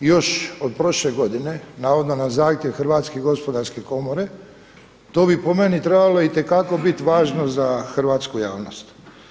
još od prošle godine navodno na zahtjev Hrvatske gospodarske komore, to bi po meni trebalo itekako trebalo biti važno za hrvatsku javnost.